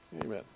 Amen